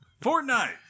Fortnite